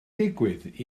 digwydd